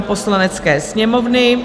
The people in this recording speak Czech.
Poslanecké sněmovny